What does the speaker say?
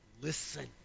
Listen